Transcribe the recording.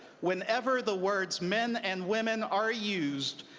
whenever the words men and women are used,